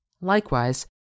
Likewise